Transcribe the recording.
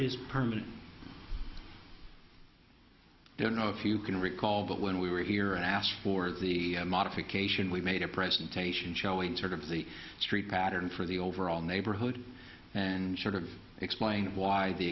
is permanent i don't know if you can recall that when we were here and asked for the modification we made a presentation showing sort of the street pattern for the overall neighborhood and sort of explain why the